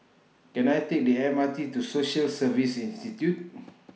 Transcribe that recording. Can I Take The M R T to Social Service Institute